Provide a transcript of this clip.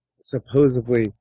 supposedly